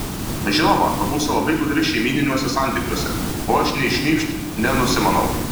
žinoma tu būsi labai gudri šeimyniniuose dalykuose o aš nei šnypšt nenusimanau